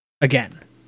again